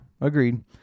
agreed